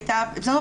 כן.